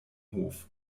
hof